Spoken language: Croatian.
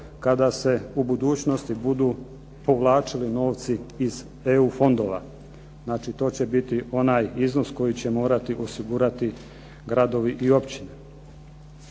kada se u budućnosti budu povlačili novci iz EU fondova. Znači, to će biti onaj iznos koji će morati osigurati gradovi i općine.